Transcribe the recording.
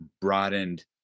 broadened